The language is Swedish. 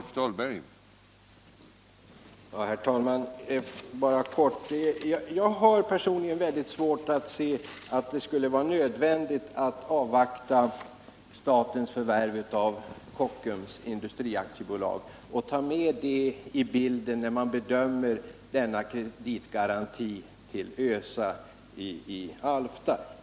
Herr talman! Helt kort: Jag har personligen mycket svårt att se att det skulle vara nödvändigt att avvakta statens förvärv av Kockums Industri AB och ta med det i bilden när man bedömer denna kreditgaranti till ÖSA i Alfta.